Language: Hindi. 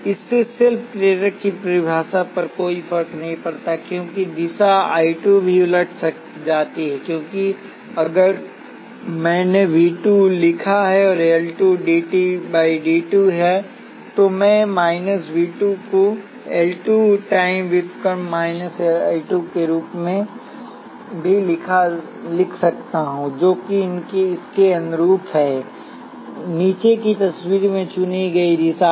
इससे सेल्फ प्रेरक की परिभाषा पर कोई फर्क नहीं पड़ता क्योंकि दिशा I 2 भी उलट जाती है क्योंकि अगर मैंने V 2 लिखा है L 2 dI 2 dt है तो मैं माइनस V 2 को L 2 टाइम व्युत्पन्न माइनस I 2 के रूप में भी लिख सकता हूं जो कि इसके अनुरूप है नीचे की तस्वीर में चुनी गई दिशा